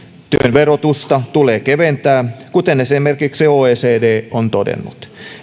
verotusta tulee keventää kuten esimerkiksi oecd on todennut